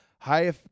high